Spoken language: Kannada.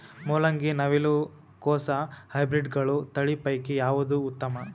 ಮೊಲಂಗಿ, ನವಿಲು ಕೊಸ ಹೈಬ್ರಿಡ್ಗಳ ತಳಿ ಪೈಕಿ ಯಾವದು ಉತ್ತಮ?